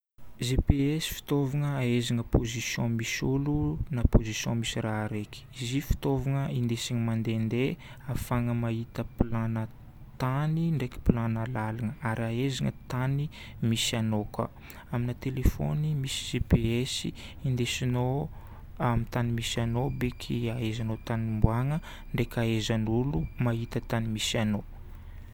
GPS fitaovagna ahaizana position misy olo na position misy raha raiky. Izy io fitaovagna indesigna mandehandeha ahafahana mahita plan-na tany ndraiky plan-na lalana. Ary ahaizana tany misy anao koa. Amina télépnone misy GPS indesignao amin'ny tany misy anao beky ahaizanao tany ombagna, ndraika ahaizan'olo mahita tany misy anao.